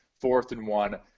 fourth-and-one